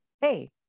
hey